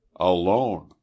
alone